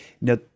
Now